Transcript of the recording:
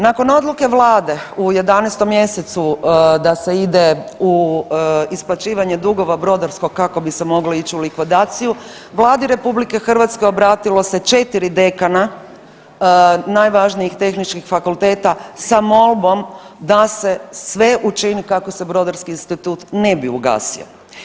Nakon odluke vlade u 11. mjesecu da se ide u isplaćivanje dugova Brodarskog kako bi se moglo ići u likvidaciju Vladi RH obratilo se 4 dekana najvažnijih Tehničkih fakulteta sa molbom da se sve učini kako se Brodarski institut ne bi ugasio.